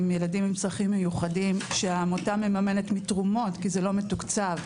עם ילדים עם צרכים מיוחדים שהעמותה מממנת מתרומות כי זה לא מתוקצב,